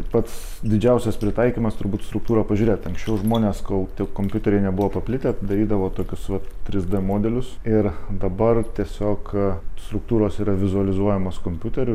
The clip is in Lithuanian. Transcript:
pats didžiausias pritaikymas turbūt struktūrą pažiūrėt anksčiau žmonės kol tie kompiuteriai nebuvo paplitę darydavo tokius vat tris d modelius ir dabar tiesiog struktūros yra vizualizuojamos kompiuteriu